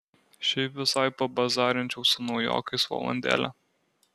šiaip visai pabazarinčiau su naujokais valandėlę